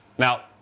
Now